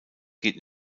geht